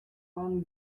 пан